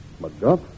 McGuff